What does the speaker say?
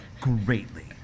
greatly